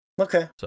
Okay